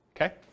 okay